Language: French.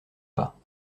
pas